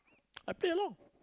I play along